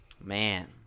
Man